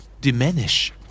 Diminish